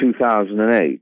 2008